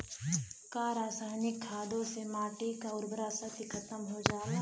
का रसायनिक खादों से माटी क उर्वरा शक्ति खतम हो जाला?